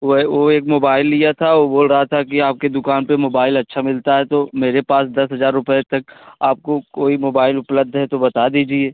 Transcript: वह वह एक मोबाइल लिया था वह बोल रहा था कि आपकी दुकान पर मोबाइल अच्छा मिलता है तो मेरे पास दस हज़ार रुपये तक आपको कोई मोबाइल उपलब्ध हैं तो बता दीजिए